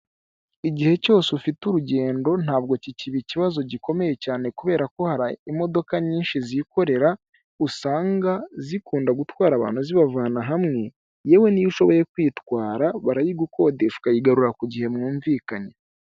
Igihe cyose ufite urugendo ntabwo kikiba ikibazo gikomeye cyane kubera ko hari imodoka nyinshi zikorera, usanga zikunda gutwara abantu zibavana hamwe, yewe niyo ushoboye kwitwara barayigukodesha ukayigarura ku gihe mwumvikanye.